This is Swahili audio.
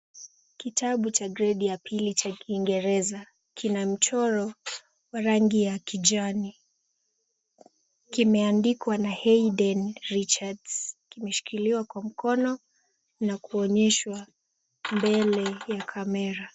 Kitabu cha gredi ya pili cha kingereza, Kina mchoro wa rangi ya kijani. Kimeandikwa na Hydn Richards. Kimeshikiliwa kwa mkono na kuonyeshwa mbele ya kamera.